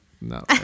No